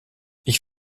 ich